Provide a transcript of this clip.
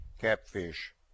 Catfish